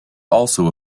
also